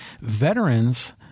veterans